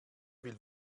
viel